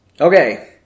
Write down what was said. Okay